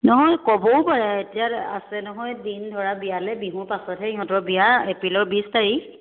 নহয় ক'বও পাৰে এতিয়া আছে নহয় দিন ধৰা বিয়ালৈ বিহু পাছতহে সিহঁতৰ বিয়া এপ্ৰিলৰ বিশ তাৰিখ